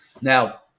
now